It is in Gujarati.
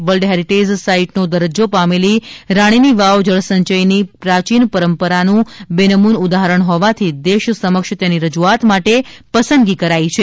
વર્લ્ડ હેરિટેજ સાઇટનો દરજ્જો પામેલી રાણીની વાવ જળ સંચયની પ્રાચીન પરંપરાનું બેનમૂન ઉદાહરણ હોવાથી દેશ સમક્ષ તેની રજૂઆત માટે પસંદગી કરાઇ છે